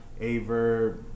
Averb